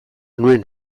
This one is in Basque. nuen